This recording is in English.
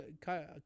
Kai